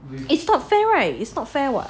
it's not fair right it's not fair what